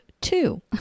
two